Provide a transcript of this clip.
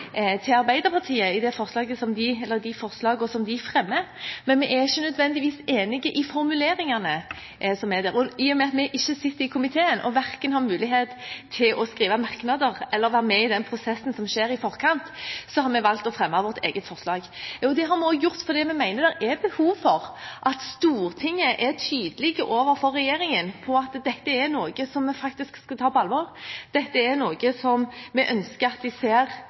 til Arbeiderpartiet i de forslagene som de fremmer, men vi er ikke nødvendigvis enig i formuleringene i dem. Og i og med at vi ikke sitter i komiteen, og verken har mulighet til å skrive merknader eller være med i den prosessen som skjer i forkant, har vi valgt å fremme vårt eget forslag. Det har vi også gjort fordi vi mener det er behov for at Stortinget er tydelig overfor regjeringen på at dette er noe vi faktisk skal ta på alvor, at likeverdige soningsforhold for menn og kvinner er noe vi ønsker at vi ser